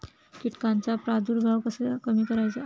कीटकांचा प्रादुर्भाव कसा कमी करायचा?